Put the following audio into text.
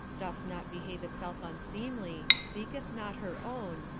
doth not behave itself unseemly, seeketh not her own,